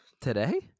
Today